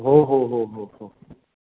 हो हो हो हो हो